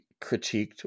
critiqued